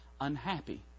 Unhappy